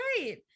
right